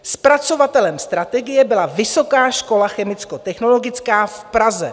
Zpracovatelem strategie byla Vysoká škola chemickotechnologická v Praze.